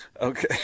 Okay